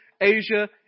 Asia